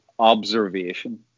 observation